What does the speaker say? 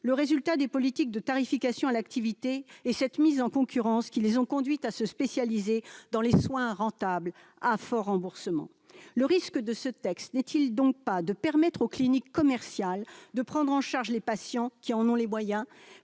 le résultat des politiques de tarification à l'activité et de cette mise en concurrence, qui les ont conduites à se spécialiser dans les soins rentables à fort remboursement. Le risque n'est-il pas que cette proposition de loi permette aux cliniques commerciales de prendre en charge les patients qui en ont les moyens ?